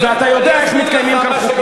ואתה יודע איך מתקיימים כאן חוקים.